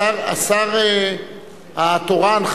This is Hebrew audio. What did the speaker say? השר התורן,